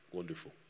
Wonderful